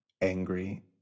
angry